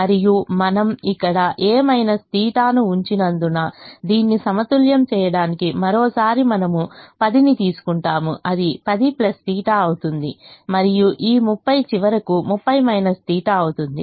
మరియు మనం ఇక్కడ a θ ను ఉంచినందున దీన్ని సమతుల్యం చేయడానికి మరోసారి మనము 10 ని తీసుకుంటాము అది 10 θ అవుతుంది మరియు ఈ 30 చివరకు 30 θ అవుతుంది